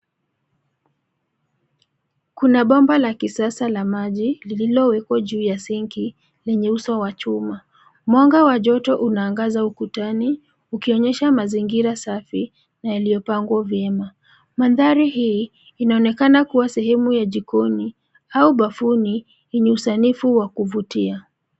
Kuna bomba la kisasa la maji lililowekwa juu ya sinki lenye uso wa chuma. Mwanga wa joto unaangaza ukutani ukionyesha mazingira safi na yaliyopangwa vyema. Mandhari hii inaonekana kua sehemu ya jikoni au bafuni yenye usanifu wa kuvutia.